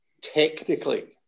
technically